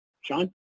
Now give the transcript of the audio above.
Sean